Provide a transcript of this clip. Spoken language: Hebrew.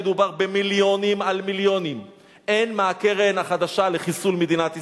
מדובר במיליונים על מיליונים הן מהקרן החדשה לחיסול מדינת ישראל,